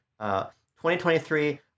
2023